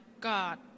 god